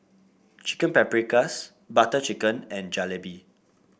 Chicken Paprikas Butter Chicken and Jalebi